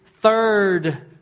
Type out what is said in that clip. third